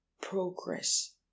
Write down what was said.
progress